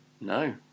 No